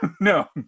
No